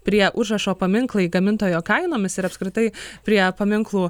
prie užrašo paminklai gamintojo kainomis ir apskritai prie paminklų